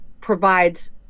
provides